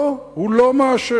לא, הוא לא מאשר.